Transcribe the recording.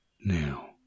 Now